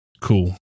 Cool